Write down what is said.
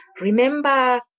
remember